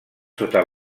sota